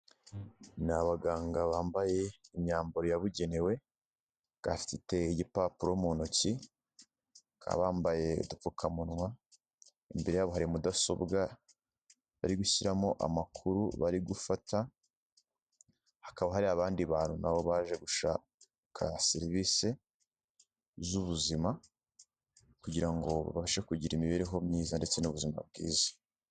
Ni abaganga bambaye imyambaro yabugenewe, bakaba bafite igipapuro mu ntoki, bakaba bambaye udupfukamunwa, imbere yabo hari mudasobwa bari gushyiramo amakuru bari gufata, hakaba hari abandi bantu na bo baje gushaka serivisi z'ubuzima kugira ngo babashe kugira imibereho myiza ndetse n'ubuzima bwiza.